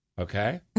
Okay